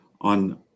on